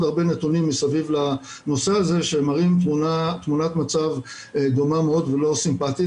הרבה נתונים מסביב לנושא הזה שמראים תמונת מצב דומה מאוד ולא סימפטית.